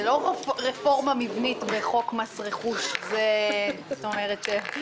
זה לא רפורמה מבנית בחוק מס רכוש אלא שבסוף